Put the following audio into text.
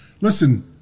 Listen